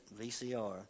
VCR